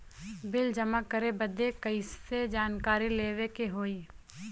Bill जमा करे बदी कैसे जानकारी लेवे के होई?